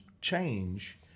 change